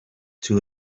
too